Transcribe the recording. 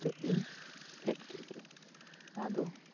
ᱠᱟᱛᱮᱫ ᱤᱧ ᱯᱷᱮᱰ ᱠᱮᱫᱜᱮ ᱟᱫᱚ